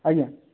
ଆଜ୍ଞା